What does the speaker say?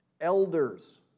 elders